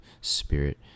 spirit